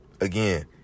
Again